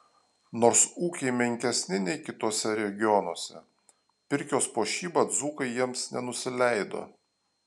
nors ūkiai menkesni nei kituose regionuose pirkios puošyba dzūkai jiems nenusileido